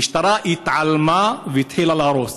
המשטרה התעלמה והתחילה להרוס.